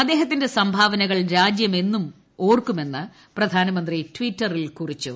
അദ്ദേഹത്തിന്റെ സംഭാവനകൾ രാജ്യം എന്നും ഓർക്കുമെന്ന് പ്രധാനമന്ത്രി ടിറ്ററിൽ കുറിച്ചു